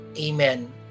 Amen